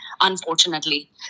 unfortunately